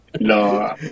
No